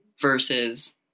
versus